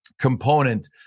component